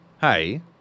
hey